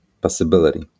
possibility